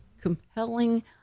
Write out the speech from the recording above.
compelling